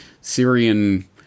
Syrian